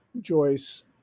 Joyce